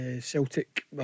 Celtic